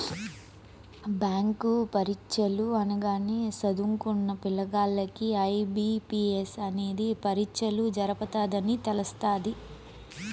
bank పరీచ్చలు అనగానే సదుంకున్న పిల్లగాల్లకి ఐ.బి.పి.ఎస్ అనేది పరీచ్చలు జరపతదని తెలస్తాది